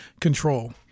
control